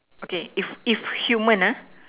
okay if if human